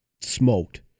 smoked